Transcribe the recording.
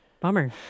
Bummer